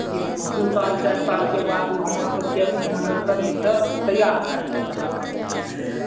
ई दू साल चारि सालके बादमे हमरसबके अथि मने शरीरसँ तैयार भए जाइत छै ओ सब गाछ